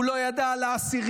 הוא לא ידע על האסירים,